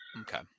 Okay